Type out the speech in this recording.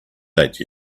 date